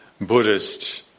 Buddhist